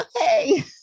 hey